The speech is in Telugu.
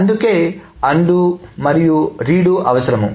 అందుకే అన్డు మరియు రీడు అవసరము